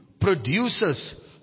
produces